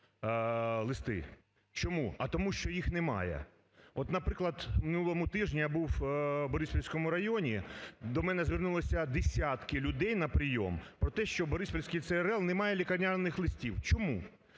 Чому? А тому що їх немає. От, наприклад, на минулому тижні я був в Бориспільському районі, до мене звернулося десятки людей на прийом проте, що Бориспільський ЦРЛ немає лікарняних листів. Чому?